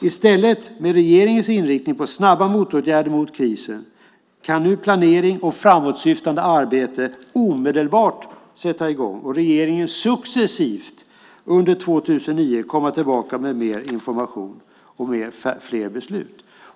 I stället, med regeringens inriktning på snabba motåtgärder mot krisen, kan nu planering och framåtsyftande arbete omedelbart sätta i gång och regeringen successivt under 2009 komma tillbaka med mer i information och fler beslut.